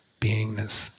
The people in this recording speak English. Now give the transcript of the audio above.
beingness